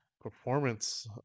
performance